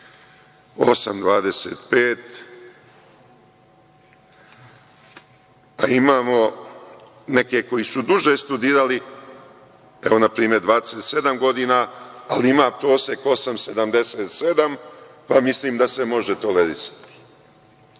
8,25; pa imamo neke koji su duže studirali, evo npr. 27 godina, ali ima prosek 8,77 pa, mislim da se može tolerisati,